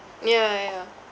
ya ya ya